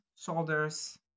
shoulders